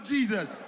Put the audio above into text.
Jesus